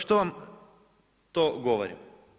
Što vam to govorim?